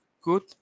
good